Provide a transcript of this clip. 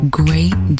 great